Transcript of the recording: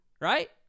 right